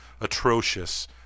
atrocious